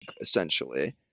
Essentially